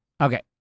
Okay